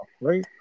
right